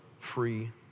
free